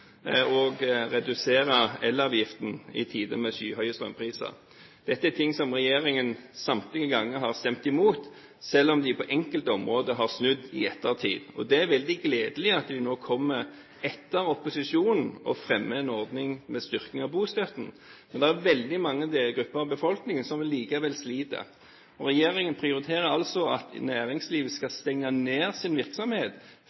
og redusere elavgiften i tider med skyhøye strømpriser. Dette er ting som regjeringen samtlige ganger har stemt imot, selv om den på enkelte områder har snudd i ettertid. Det er veldig gledelig at den nå kommer etter opposisjonen og fremmer en ordning med styrking av bostøtten, men det er veldig mange grupper i befolkningen som allikevel sliter. Regjeringen prioriterer altså at næringslivet